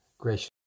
Gracious